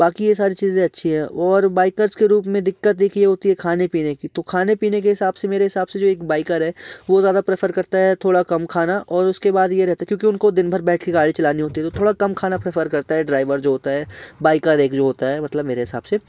बाकी ये सारी चीज़ें अच्छी हैं और बाइकर्ज़ के रूप में दिक़्क़त देखिए होती है खाने पीने की तो खाने पीने के हिसाब से मेरे हिसाब से जो एक बाइकर है वो ज़्यादा प्रेफ़र करता है थोड़ा कम खाना और उसके बाद ये रहता है क्योंकि उनको दिनभर बैठके गाड़ी चलानी होती है तो थोड़ा कम खाना प्रेफ़र करता है ड्राइवर जो होता है बाइकर एक जो होता है मतलब मेरे हिसाब से